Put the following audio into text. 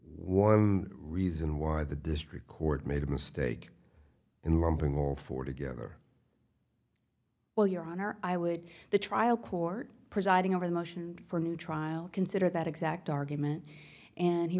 one reason why the district court made a mistake in lumping all four together well your honor i would the trial court presiding over the motion for new trial consider that exact argument and he